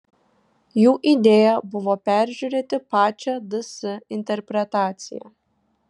jų idėja buvo peržiūrėti pačią ds interpretaciją